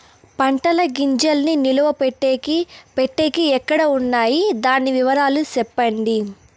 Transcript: పంటల గింజల్ని నిలువ పెట్టేకి పెట్టేకి ఎక్కడ వున్నాయి? దాని వివరాలు సెప్పండి?